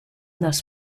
dels